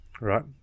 right